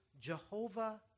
Jehovah